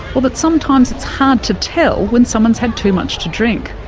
or that sometimes it's hard to tell when someone's had too much to drink.